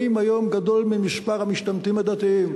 היום גדול ממספר המשתמטים הדתיים.